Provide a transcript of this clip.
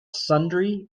sundry